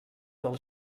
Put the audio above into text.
del